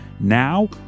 Now